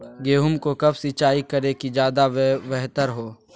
गेंहू को कब सिंचाई करे कि ज्यादा व्यहतर हो?